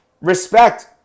Respect